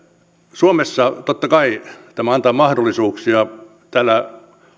suomessa totta kai tämä antaa mahdollisuuksia täällä